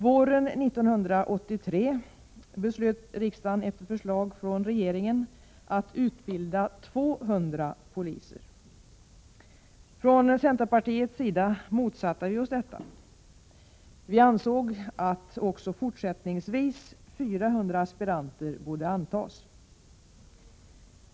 Våren 1983 beslöt riksdagen efter förslag från regeringen att utbilda 200 poliser. Från centerpartiets sida motsatte vi oss detta. Vi ansåg att även fortsättningsvis 400 aspiranter borde antas.